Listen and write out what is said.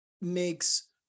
makes